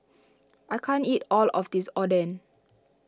I can't eat all of this Oden